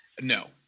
No